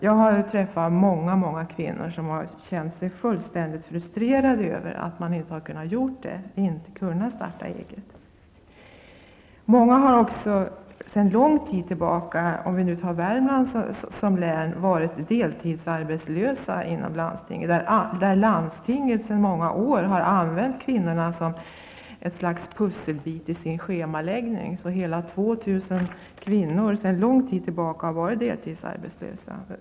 Jag har träffat många kvinnor som har känt sig fullständigt frustrerade över att inte ha kunnat starta eget. Många har också sedan lång tid tillbaka t.ex. i Värmlands län, varit deltidsarbetslösa inom landstinget. Landstinget där har sedan många år använt kvinnor som ett slags pusselbit i sin schemaläggning. Hela 2000 kvinnor har sedan lång tid tillbaka varit deltidsarbetslösa.